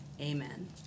Amen